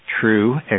true